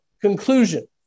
conclusion